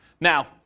Now